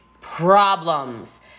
problems